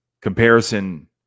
comparison